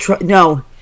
No